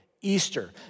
Easter